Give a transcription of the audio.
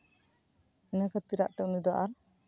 ᱤᱱᱟᱹ ᱠᱷᱟᱹᱛᱤᱨᱟᱜ ᱛᱮ ᱩᱱᱤ ᱫᱚ ᱟᱨ